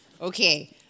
Okay